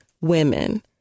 women